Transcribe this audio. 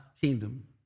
kingdom